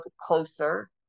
closer